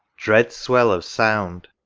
dread swell of sound!